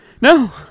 no